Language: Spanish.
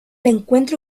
encuentro